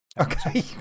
Okay